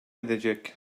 edecek